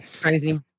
Crazy